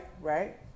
right